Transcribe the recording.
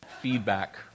Feedback